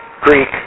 Greek